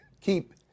keep